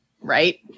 right